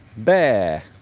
bear